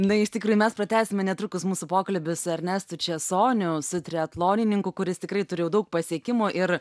na is tikrų mes pratęsime netrukus mūsų pokalbiį su ernestu česoniu su triatlonininku kuris tikrai turi jau daug pasiekimų ir